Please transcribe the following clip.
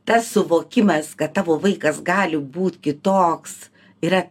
tas suvokimas kad tavo vaikas gali būt kitoks yra